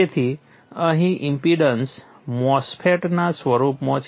તેથી અહીં impedance MOSFET ના સ્વરૂપમાં છે